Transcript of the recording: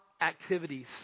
activities